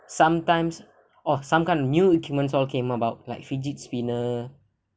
sometimes or some kind of new equipments all came about like fidget spinner